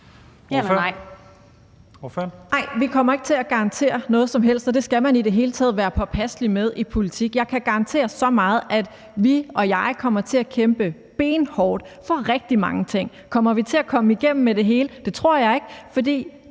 vi kommer ikke til at garantere noget som helst, og det skal man i det hele taget være påpasselig med i politik. Jeg kan garantere så meget, at vi og jeg kommer til at kæmpe benhårdt for rigtig mange ting. Kommer vi til at komme igennem med det hele? Det tror jeg ikke,